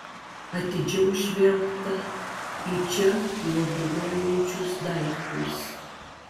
atidžiau žvelgta į čia plūduriuojančius daiktus